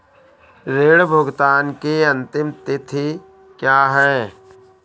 ऋण भुगतान की अंतिम तिथि क्या है?